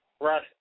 Right